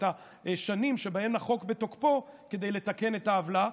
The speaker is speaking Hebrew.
את השנים שבהן החוק בתוקפו כדי לתקן את העוולה.